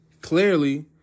clearly